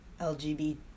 LGBT